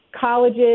colleges